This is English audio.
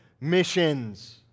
missions